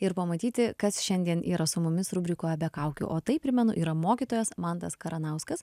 ir pamatyti kas šiandien yra su mumis rubrikoje be kaukių o tai primenu yra mokytojas mantas karanauskas